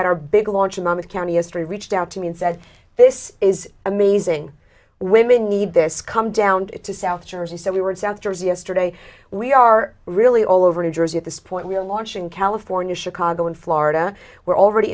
had our big launch a month county is three reached out to me and said this is amazing women need this come down to south jersey so we were in south jersey yesterday we are really all over new jersey at this point we're launching california chicago and florida we're already